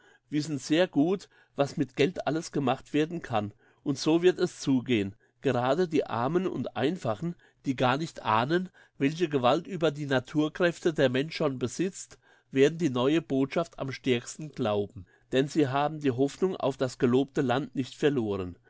wissen sehr gut was mit geld alles gemacht werden kann und so wird es zugehen gerade die armen und einfachen die gar nicht ahnen welche gewalt über die naturkräfte der mensch schon besitzt werden die neue botschaft am stärksten glauben denn sie haben die hoffnung auf das gelobte land nicht verloren